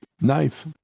nice